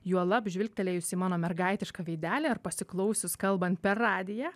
juolab žvilgtelėjus į mano mergaitišką veidelį ar pasiklausius kalbant per radiją